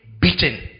beaten